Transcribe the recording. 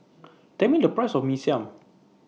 Tell Me The Price of Mee Siam